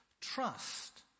Trust